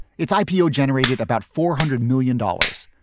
its ipo generated about four hundred million dollars.